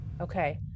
Okay